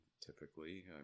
Typically